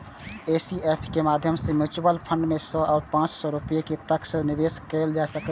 SIP के माध्यम सं म्यूचुअल फंड मे सय सं पांच सय रुपैया तक सं निवेश कैल जा सकैए